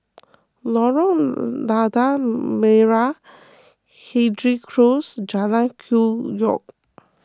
Lorong Lada Merah Hendry Close Jalan Hwi Yoh